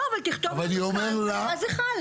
לא, אבל תכתוב על מה זה חל.